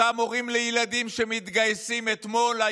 אותם הורים לילדים שמתגייסים אתמול,